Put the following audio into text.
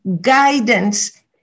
guidance